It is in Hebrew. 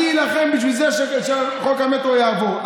אני אילחם בשביל זה שחוק המטרו יעבור.